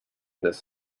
this